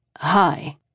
Hi